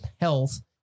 Health